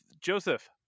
Joseph